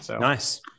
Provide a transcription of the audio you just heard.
Nice